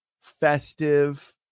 festive